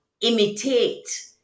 imitate